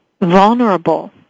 vulnerable